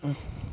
um